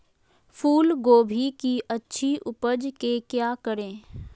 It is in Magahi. फूलगोभी की अच्छी उपज के क्या करे?